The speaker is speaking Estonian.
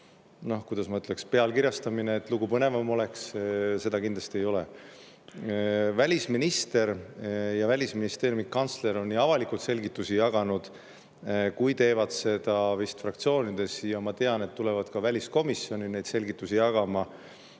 kuidas ma ütlen, pealkirjastamine, et lugu põnevam oleks. Seda kindlasti [tehtud] ei ole. Välisminister ja Välisministeeriumi kantsler on nii avalikult selgitusi jaganud kui ka teevad seda vist fraktsioonides. Ma tean, et nad tulevad ka väliskomisjoni selgitusi jagama.